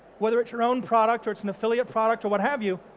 whether it's your own product, or it's an affiliate product, or what have you,